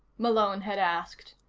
malone had asked.